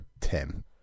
tim